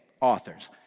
authors